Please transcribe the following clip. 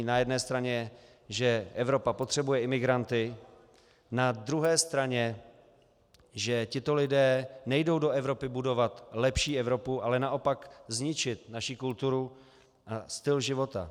Na jedné straně, že Evropa potřebuje imigranty, na druhé straně, že tito lidé nejdou do Evropy budovat lepší Evropu, ale naopak zničit naši kulturu a styl života.